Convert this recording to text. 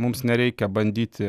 mums nereikia bandyti